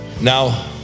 Now